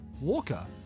Walker